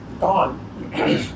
gone